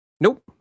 Nope